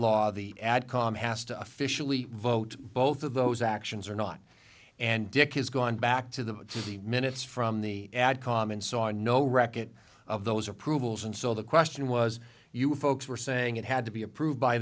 law the ad com has to officially vote both of those actions are not and dick has gone back to the to the minutes from the ad com and saw no wreckage of those approvals and so the question was you folks were saying it had to be approved by